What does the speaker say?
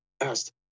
asked